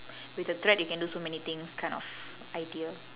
with a thread you can do so many things kind of idea